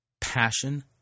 passion